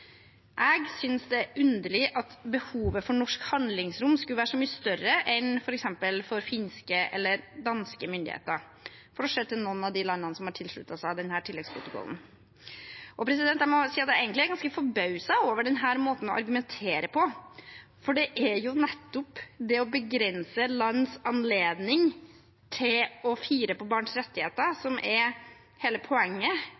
Jeg synes det er underlig at behovet for norsk handlingsrom skulle være så mye større enn det er for f.eks. finske eller danske myndigheter, for å se til noen av de landene som har tilsluttet seg denne tilleggsprotokollen. Jeg må si at jeg egentlig er ganske forbauset over denne måten å argumentere på, for det er jo nettopp det å begrense lands anledning til å fire på barns rettigheter som er hele poenget